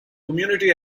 community